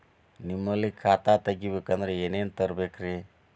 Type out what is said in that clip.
ನಿಮ್ಮಲ್ಲಿ ಖಾತಾ ತೆಗಿಬೇಕಂದ್ರ ಏನೇನ ತರಬೇಕ್ರಿ?